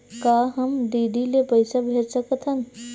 का हम डी.डी ले पईसा भेज सकत हन?